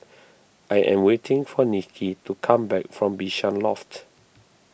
I am waiting for Nicky to come back from Bishan Loft